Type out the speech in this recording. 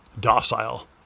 docile